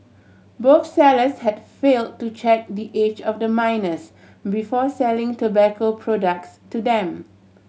both sellers had fail to check the age of the minors before selling tobacco products to them